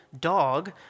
dog